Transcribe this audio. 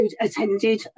attended